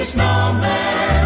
Snowman